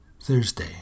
Thursday